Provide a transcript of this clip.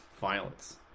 violence